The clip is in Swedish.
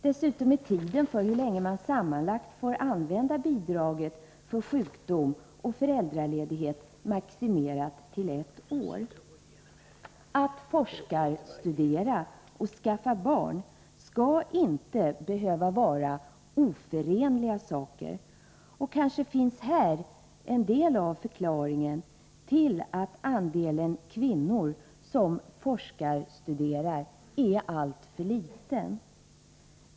Dessutom är tiden för hur länge man sammanlagt får använda utbildningsbidraget för sjukdom och föräldraledighet maximerad till ett år. Att forskarstudera och skaffa barn skall inte behöva vara oförenliga saker, och kanske finns här en del av förklaringen till att andelen kvinnor som forskarstuderar är alltför liten.